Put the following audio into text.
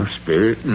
spirit